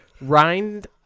rind